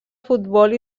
futbol